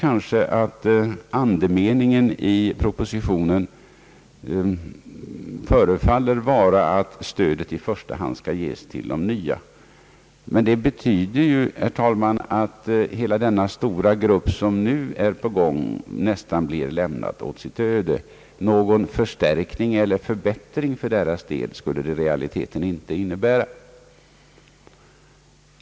Andemeningen i propositionen förefaller vara att stödet i första hand skall ges till de nya. Men det betyder ju, herr talman, att hela den grupp som nu studerar nästan blir lämnad åt sitt öde. Någon förstärkning eller förbättring för den gruppens del skulle det i realiteten inte bli.